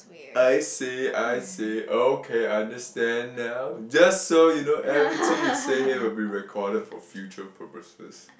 I say I say okay I understand now just so you know everything you say here will be recorded for future purposes